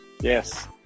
Yes